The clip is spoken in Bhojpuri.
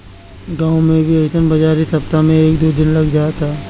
गांव में भी अइसन बाजारी सप्ताह में एक दू दिन लाग जात ह